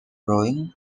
rowing